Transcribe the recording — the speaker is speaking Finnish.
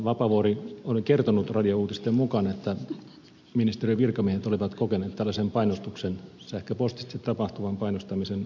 vapaavuori oli kertonut radiouutisten mukaan että ministeriön virkamiehet olivat kokeneet tällaisen painostuksen sähköpostitse tapahtuvan painostamisen uhkaavaksi